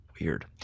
Weird